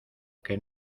que